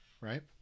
right